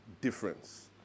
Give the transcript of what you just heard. difference